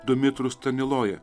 domitrų staniloja